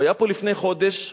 הוא היה פה לפני חודש ואמר: